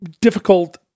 difficult